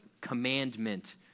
commandment